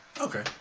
Okay